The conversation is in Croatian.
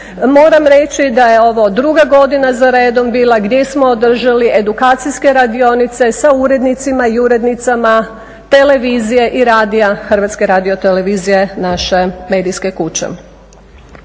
Moram reći da je ovo druga godina za redom bila gdje smo održali edukacijske radionice sa urednicima i urednicama televizije i radija Hrvatske radiotelevizije naše medijske kuće.